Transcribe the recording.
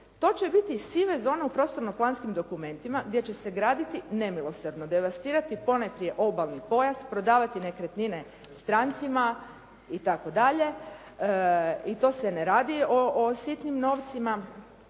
To će biti siva zona u prostorno-planskim dokumentima gdje će se graditi nemilosrdno, devastirati ponajprije obalni pojas, prodavati nekretnine strancima itd. i to se ne radi o sitnim novcima,